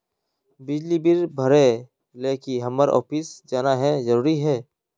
बिजली बिल भरे ले की हम्मर ऑफिस जाना है जरूरी है?